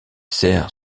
sert